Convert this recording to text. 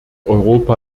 europa